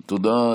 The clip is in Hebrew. תודה.